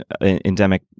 endemic